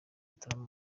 mutarama